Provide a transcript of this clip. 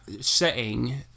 setting